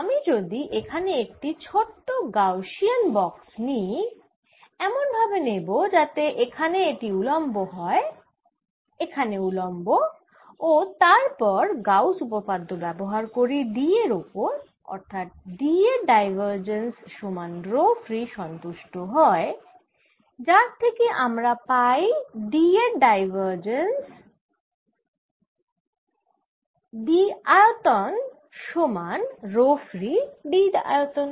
আমি যদি এখানে একটি ছোট নিই এমন ভাবে নেব যাতে এখানে এটি উলম্ব হয়- এখানে উলম্ব হয় ও তারপর গাউস উপপাদ্য ব্যবহার করি D এর ওপর অর্থাৎ D এর ডাইভারজেন্স সমান রো ফ্রী সন্তুষ্ট হয় যার থেকে আমরা পাই D এর ডাইভারজেন্স d আয়তন সমান রো ফ্রী d আয়তন